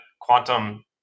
quantum